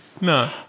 no